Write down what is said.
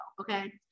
okay